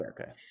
Okay